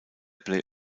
play